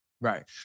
Right